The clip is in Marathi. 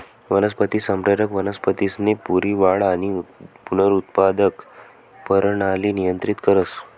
वनस्पती संप्रेरक वनस्पतीसनी पूरी वाढ आणि पुनरुत्पादक परणाली नियंत्रित करस